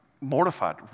mortified